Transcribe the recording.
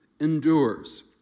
endures